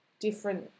different